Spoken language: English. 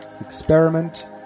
Experiment